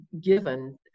given